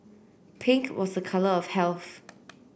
pink was a colour of health